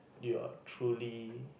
you're truly